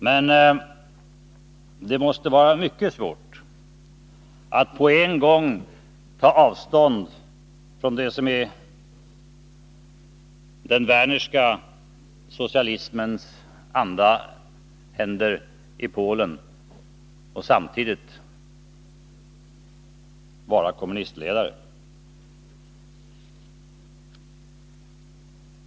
Men det måste vara mycket svårt att företräda den hållningen och samtidigt vara kommunistledare.